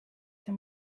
see